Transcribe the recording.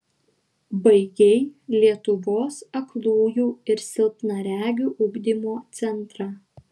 baigei lietuvos aklųjų ir silpnaregių ugdymo centrą